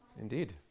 Indeed